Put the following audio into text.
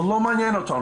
ולא מעניין אותנו.